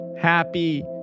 happy